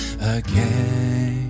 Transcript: again